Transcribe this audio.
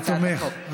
אני תומך.